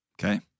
Okay